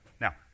Now